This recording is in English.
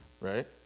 right